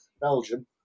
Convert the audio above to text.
Belgium